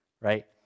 right